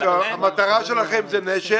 המטרה שלכם זה "נשר",